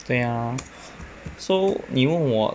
对呀 so 你问我